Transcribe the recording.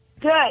Good